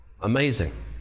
Amazing